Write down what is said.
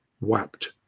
wept